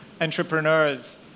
entrepreneurs